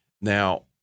Now